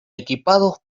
equipados